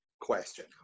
question